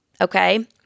okay